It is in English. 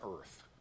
earth